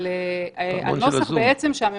זה נראה לנו יותר נכון מאשר לאפשר עכשיו את ההפעלה